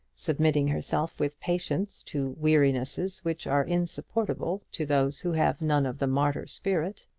submitting herself with patience to wearinesses which are insupportable to those who have none of the martyr spirit.